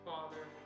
Father